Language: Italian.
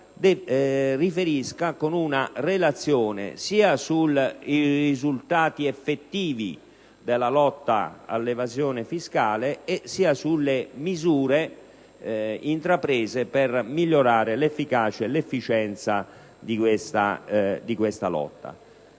pubblica, con una relazione sia sui risultati effettivi della lotta all'evasione fiscale che sulle misure intraprese per migliorare l'efficacia e l'efficienza di questa lotta.